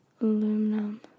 aluminum